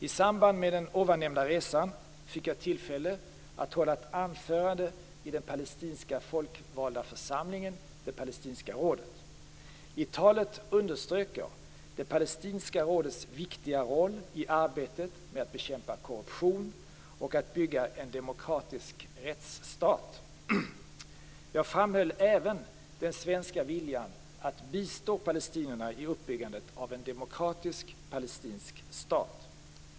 I samband med den nämnda resan fick jag tillfälle att hålla ett anförande i den palestinska folkvalda församlingen, det palestinska rådet. I talet underströk jag det palestinska rådets viktiga roll i arbetet med att bekämpa korruption och att bygga en demokratisk rättsstat. Jag framhöll även den svenska viljan att bistå palestinierna i uppbyggandet av en demokratisk palestinsk stat.